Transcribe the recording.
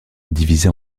divisé